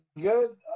good